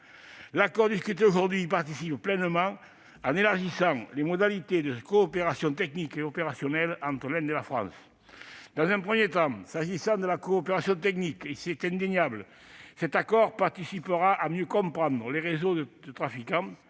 L'accord discuté aujourd'hui y participe pleinement, en élargissant les modalités de coopération technique et opérationnelle entre l'Inde et la France. Dans un premier temps, s'agissant de la coopération technique, cet accord contribuera indéniablement à permettre une meilleure compréhension des réseaux de trafiquants,